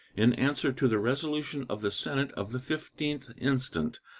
in answer to the resolution of the senate of the fifteenth instant,